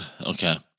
Okay